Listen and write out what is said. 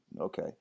okay